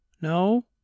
No